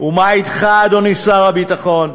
ומה אתך, אדוני שר הביטחון?